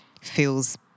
feels